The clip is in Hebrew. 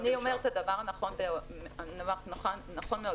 אדוני אומר דבר נכון מאוד.